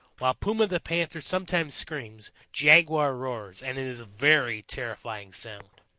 while puma the panther sometimes screams, jaguar roars, and it is a very terrifying sound.